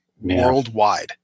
worldwide